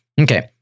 okay